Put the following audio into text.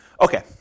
Okay